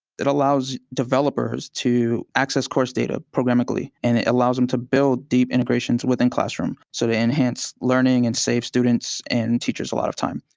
that allows developers to access course data programmatically, and it allows them to build deep integrations within classroom. so they enhance learning and save students and teachers a lot of time.